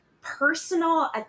personal